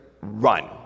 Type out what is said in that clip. run